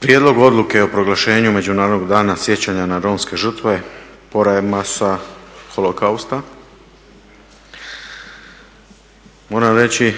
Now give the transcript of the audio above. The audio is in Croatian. prijedlogu odluke o proglašenju Međunarodnog dana sjećanja na romske žrtve Porajmosa/holokausta. Moram reći